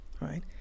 right